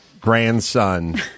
grandson